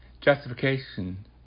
justification